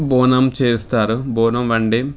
బోనం చేస్తారు బోనం వండి